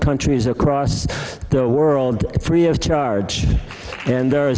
countries across the world free of charge and